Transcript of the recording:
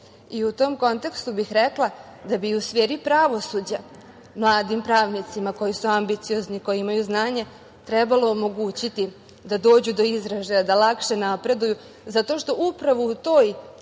tom kontekstu bih rekla da bi u sferi pravosuđa mladim pravnicima koji su ambiciozni, koji imaju znanje trebalo omogućiti da dođu do izražaja, da lakše napreduju zato što upravo u toj